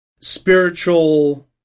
spiritual –